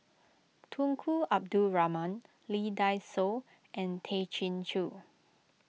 Tunku Abdul Rahman Lee Dai Soh and Tay Chin Joo